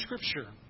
Scripture